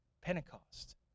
Pentecost